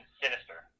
sinister